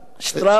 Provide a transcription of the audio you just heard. "שטראוס"?